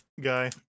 guy